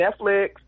Netflix